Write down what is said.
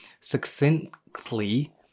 succinctly